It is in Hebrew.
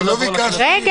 יבוא: (1ב) חנות רחוב,